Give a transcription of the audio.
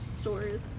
stores